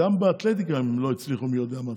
גם באתלטיקה הם לא הצליחו מי יודע מה.